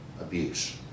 abuse